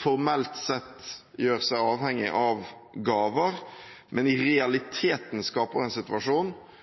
formelt sett gjør seg avhengig av gaver, mens de i realiteten skaper en situasjon